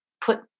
put